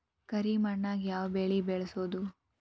ಕರಿ ಮಣ್ಣಾಗ್ ಯಾವ್ ಬೆಳಿ ಬೆಳ್ಸಬೋದು?